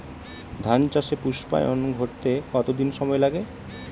ধান চাষে পুস্পায়ন ঘটতে কতো দিন সময় লাগে?